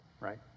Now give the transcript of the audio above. right